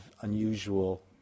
unusual